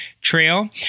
trail